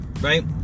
right